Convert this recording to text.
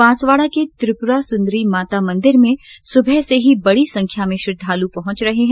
बांसवाडा के त्रिपुरा सुन्दरी माता मंदिर में सुबह से ही बड़ी संख्या श्रद्वालू पहुंच रहे हैं